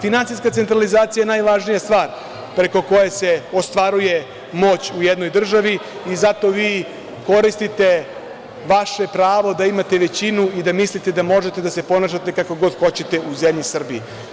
Finansijska centralizacija je najvažnija stvar preko koje se ostvaruje moć u jednoj državi i zato vi koristite vaše pravo da imate većinu i da mislite da možete da se ponašate kako god hoćete u zemlji Srbiji.